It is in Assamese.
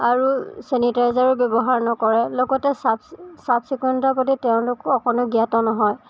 আৰু চেনিটাইজাৰো ব্য়ৱহাৰ নকৰে লগতে চাফ্ চাফ্ চিকুণতাৰ প্ৰতি তেওঁলোক অকণো জ্ঞাত নহয়